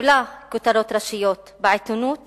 וקיבלה כותרות ראשיות בעיתונות